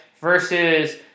versus